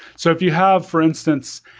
so if you have for instance,